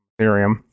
Ethereum